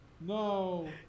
No